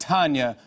Tanya